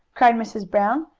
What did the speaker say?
cried mrs. brown,